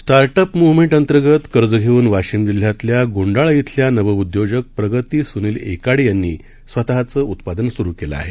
startup movement अंतर्गत कर्ज घेऊन वाशिम जिल्ह्यातल्या गोंडाळा शिल्या नव उद्योजक प्रगती सुनील एकाडे यांनी स्वतःचं उत्पादन सुरू केलं आहे